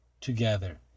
together